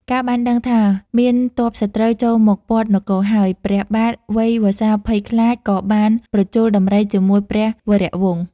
កាលបានដឹងថា មានព័ទ្ធសត្រូវចូលមកព័ទ្ធនគរហើយ ព្រះបាទវៃវង្សាភ័យខ្លាច ក៏បានប្រជល់ដំរីជាមួយព្រះវរវង្ស។